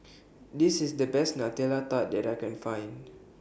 This IS The Best Nutella Tart that I Can Find